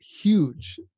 huge